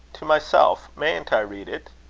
to myself. mayn't i read it?